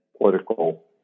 political